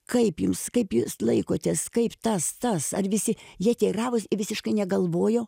kaip jums kaip jūs laikotės kaip tas tas ar visi jie teiravosi jie visiškai negalvojo